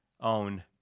own